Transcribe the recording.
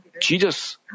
Jesus